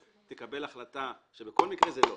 ותקבל החלטה שבכל מקרה זה לא.